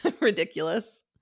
ridiculous